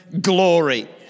glory